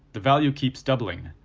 the value keeps doubling.